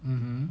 mmhmm